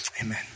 Amen